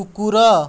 କୁକୁର